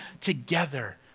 together